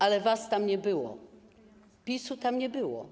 Ale was tam nie było, PiS-u tam nie było.